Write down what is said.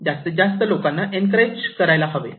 जास्तीत जास्त लोकांना एनक्रेज करायला हवे